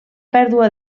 pèrdua